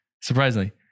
Surprisingly